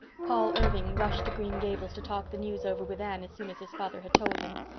paul irving rushed to green gables to talk the news over with anne as soon as his father had told him.